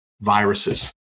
Viruses